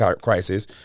crisis